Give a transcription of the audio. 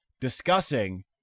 discussing